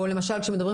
או למשל כשמדברים